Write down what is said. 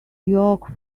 york